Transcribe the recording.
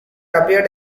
appeared